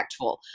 impactful